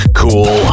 cool